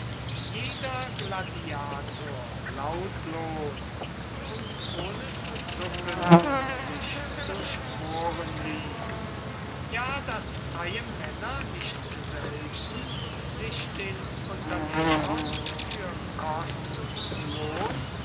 jeder gladiator lautlos und ohne zu zucken sich durchbohren ließ ja daß freie männer nicht selten sich den unternehmern für kost und lohn